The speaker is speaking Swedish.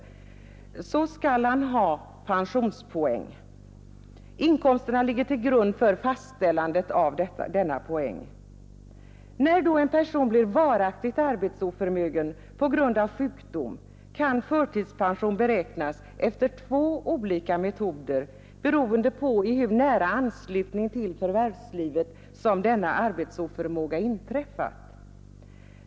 Inkomsterna ligger till grund för fastställandet av denna poäng. När då en person blir varaktigt arbetsoförmögen på grund av sjukdom kan förtidspension beräknas efter två olika metoder, beroende på i hur nära anslutning till förvärvslivet som denna arbetsoförmåga inträffat.